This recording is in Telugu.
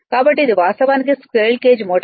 కాబట్టి ఇది వాస్తవానికి స్క్విరెల్ కేజ్ మోటర్